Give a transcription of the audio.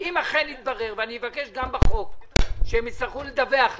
אני אבקש גם בחוק שיצטרכו לדווח לנו.